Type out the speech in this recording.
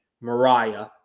Mariah